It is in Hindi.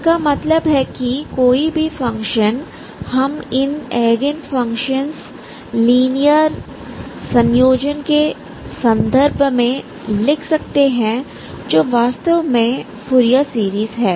इसका मतलब है कि कोई भी फंक्शन हम इन एगेन फंक्शंस लीनियर संयोजन के संदर्भ में लिख सकते हैं जो वास्तव में फूरियर सीरीज़ हैं